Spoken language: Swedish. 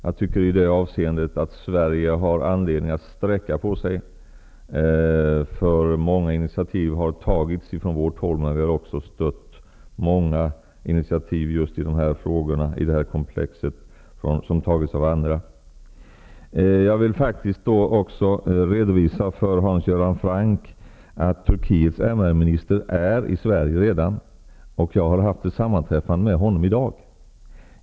Jag tycker att vi i det avseendet har anledning att sträcka på oss. Många initiativ har tagits från vårt håll. Vi har också stött många initiativ som har tagits av andra inom detta frågekomplex. Jag vill också redovisa för Hans Göran Franck att Turkiets MR-minister redan är i Sverige. Jag har haft ett sammanträffande med honom i dag.